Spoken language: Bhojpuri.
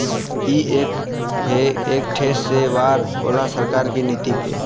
ई एक ठे सीधा वार होला सरकार की नीति पे